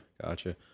gotcha